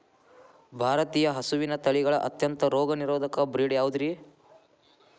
ಭಾರತೇಯ ಹಸುವಿನ ತಳಿಗಳ ಅತ್ಯಂತ ರೋಗನಿರೋಧಕ ಬ್ರೇಡ್ ಯಾವುದ್ರಿ?